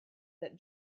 that